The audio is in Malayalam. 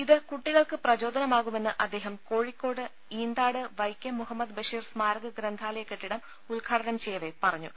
ഇത് കുട്ടികൾക്ക് പ്രചോദനമാകുമെന്ന് അദ്ദേഹം കോഴിക്കോട്ട് ഈന്താട് വൈക്കം മുഹമ്മദ് ബഷീർ സ്മാരക ഗ്രന്ഥാലയ കെട്ടിടം ഉദ്ഘാടനം ചെയ്യവെ പറഞ്ഞു